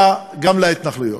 גם להתנחלויות.